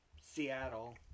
Seattle